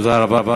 תודה רבה.